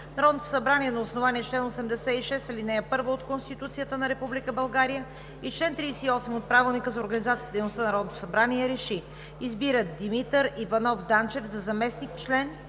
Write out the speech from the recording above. Народното събрание на основание чл. 86, ал. 1 от Конституцията на Република България и чл. 38 от Правилника за организацията и дейността на Народното събрание РЕШИ: Избира Димитър Иванов Данчев за заместващ член